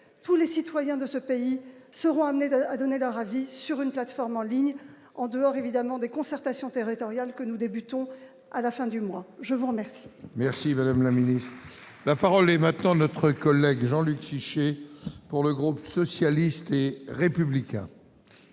tous les citoyens de ce pays seront amenés à donner leur avis sur une plateforme en ligne en dehors évidemment des concertations territoriales que nous débutons à la fin du mois, je vous remercie. Merci madame la ministre, la parole est maintenant notre collègue Jean-Luc ici pour le groupe socialiste et républicain.